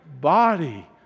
body